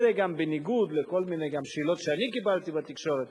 בניגוד לכל מיני שאלות שקיבלתי בתקשורת,